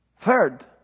Third